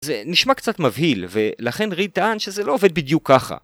זה נשמע קצת מבהיל, ולכן רי טען שזה לא עובד בדיוק ככה.